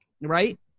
right